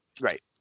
Right